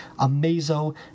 Amazo